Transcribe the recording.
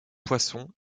poissons